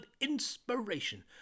inspiration